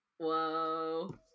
Whoa